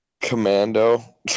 Commando